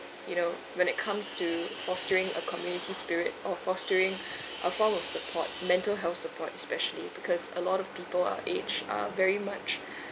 you know when it comes to fostering a community spirit or fostering a form of support mental health support especially because a lot of people our age are very much